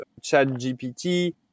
ChatGPT